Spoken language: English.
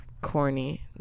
corny